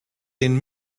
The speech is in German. den